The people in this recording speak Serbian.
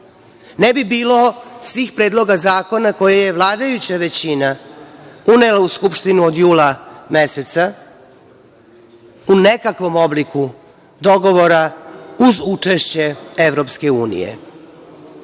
ne bi bilo svih predloga zakona koje je vladajuća većina unela u Skupštinu od jula meseca u nekakvom obliku dogovora uz učešće EU.Ne